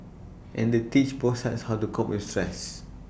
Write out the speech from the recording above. and they teach both sides how to cope with stress